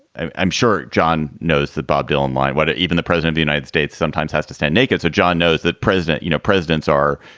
i'm i'm sure john knows that bob dylan might what even the president, the united states sometimes has to stand naked. so john knows that president. you know, presidents are.